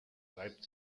reibt